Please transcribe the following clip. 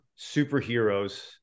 superheroes